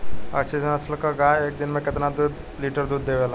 अच्छी नस्ल क गाय एक दिन में केतना लीटर दूध देवे ला?